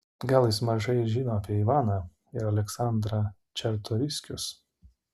gal jis mažai ir žino apie ivaną ir aleksandrą čartoriskius